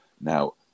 now